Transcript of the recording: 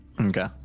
Okay